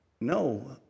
No